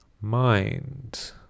mind